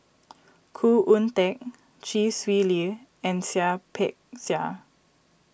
Khoo Oon Teik Chee Swee Lee and Seah Peck Seah